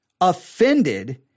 offended